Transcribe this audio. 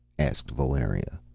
asked valeria.